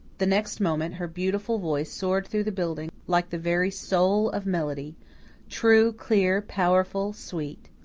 the next moment her beautiful voice soared through the building like the very soul of melody true, clear, powerful, sweet.